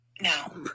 now